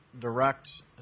direct